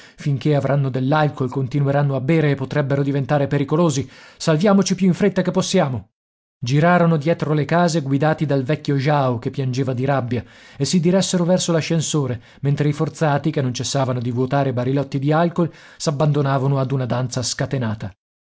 finché avranno dell'alcool continueranno a bere e potrebbero diventare pericolosi salviamoci più in fretta che possiamo girarono dietro le case guidati dal vecchio jao che piangeva di rabbia e si diressero verso l'ascensore mentre i forzati che non cessavano di vuotare barilotti di alcool s'abbandonavano ad una danza scatenata